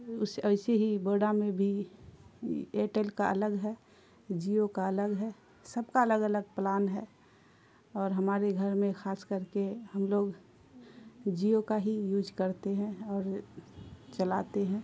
اس ایسے ہی بوڈا میں بھی ایرٹیل کا الگ ہے جیو کا الگ ہے سب کا الگ الگ پلان ہے اور ہمارے گھر میں خاص کر کے ہم لوگ جیو کا ہی یوج کرتے ہیں اور چلاتے ہیں